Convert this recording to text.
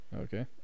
Okay